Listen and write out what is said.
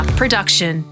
production